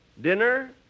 Dinner